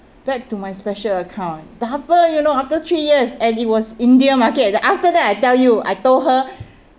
back to my special account double you know after three years and it was india market then after that I tell you I told her